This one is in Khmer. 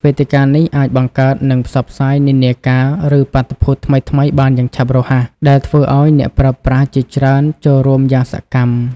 វេទិកានេះអាចបង្កើត និងផ្សព្វផ្សាយនិន្នាការ ឬបាតុភូតថ្មីៗបានយ៉ាងឆាប់រហ័ស ដែលធ្វើឱ្យអ្នកប្រើប្រាស់ជាច្រើនចូលរួមយ៉ាងសកម្ម។